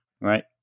right